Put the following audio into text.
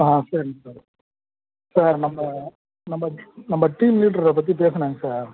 ஆ சரிங்க sir sir நம்ம நம்ம நம்ம டீம் லீடரை பற்றி பேசினாங்க சார்